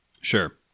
Sure